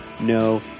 No